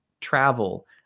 travel